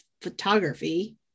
photography